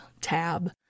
tab